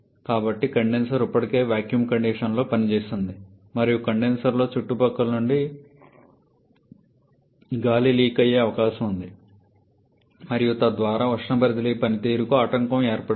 కాబట్టి కండెన్సర్ ఇప్పటికే వాక్యూమ్ కండిషన్లో పనిచేస్తోంది మరియు కండెన్సర్లోకి చుట్టుపక్కల నుండి గాలి లీక్ అయ్యే అవకాశం ఉంది మరియు తద్వారా ఉష్ణ బదిలీ పనితీరుకు ఆటంకం ఏర్పడుతుంది